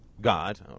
God